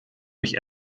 mich